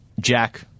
Jack